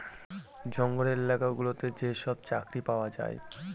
জঙ্গলের এলাকা গুলোতে যেসব চাকরি পাওয়া যায়